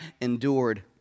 endured—